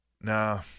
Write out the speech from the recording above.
Nah